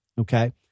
Okay